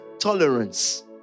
tolerance